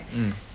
mm